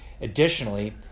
additionally